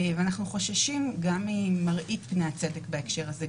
ואנחנו חוששים גם ממראית פני הצדק בהקשר הזה,